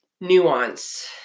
Nuance